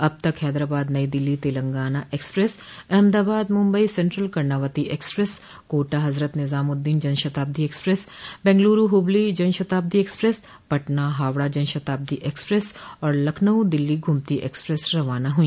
अब तक Hyderabad New Delhi Telangana express Ahmedabad Mumbai central Karnavati express Kota Hazrat Nizamuddin Janshatabdi express Bengaluru Hubli Janshatabdi express Patna Howrah Janshatabdi express और लखनऊ दिल्ली गोमती एक्सप्रेस रवाना हुई